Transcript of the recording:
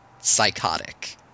psychotic